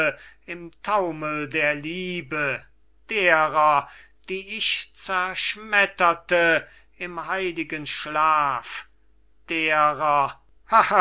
im taumel der liebe derer die ich zerschmetterte im heiligen schlaf derer